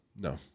no